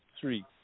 three